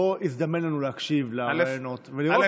לא הזדמן לנו להקשיב לראיונות ולראות מה, א.